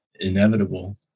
Inevitable